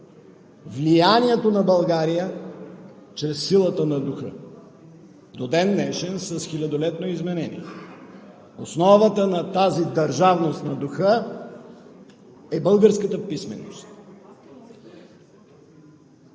влиянието на България чрез силата на духа до ден днешен, с хилядолетно изменение. Основата на тази държавност на духа е българската писменост.